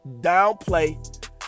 downplay